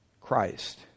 Christ